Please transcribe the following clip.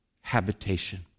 habitation